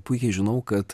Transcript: puikiai žinau kad